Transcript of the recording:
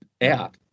out